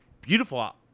beautiful